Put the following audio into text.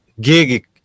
gig